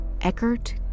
Eckert